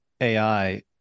AI